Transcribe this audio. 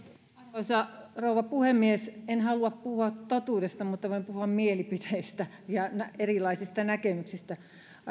arvoisa rouva puhemies en halua puhua totuudesta mutta voin puhua mielipiteistä ja erilaisista näkemyksistä